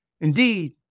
Indeed